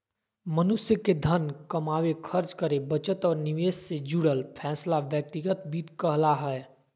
मनुष्य के धन कमावे, खर्च करे, बचत और निवेश से जुड़ल फैसला व्यक्तिगत वित्त कहला हय